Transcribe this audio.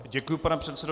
Děkuji, pane předsedo.